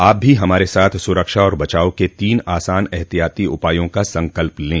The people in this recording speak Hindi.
आप भी हमारे साथ सुरक्षा और बचाव के तीन आसान एहतियाती उपायों का संकल्प लें